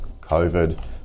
COVID